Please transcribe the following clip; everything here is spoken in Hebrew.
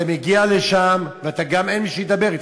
אתה מגיע לשם וגם אין מי שידבר אתך.